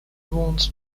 wants